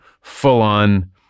full-on